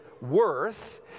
worth